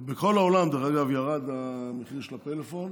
שבכל העולם דרך אגב ירד המחיר של הפלאפון,